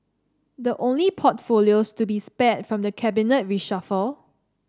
the only portfolios to be spared from the cabinet reshuffle